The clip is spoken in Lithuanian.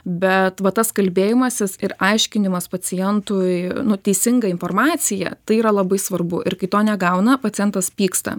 bet va tas kalbėjimasis ir aiškinimas pacientui nu teisinga informaciją tai yra labai svarbu ir kai to negauna pacientas pyksta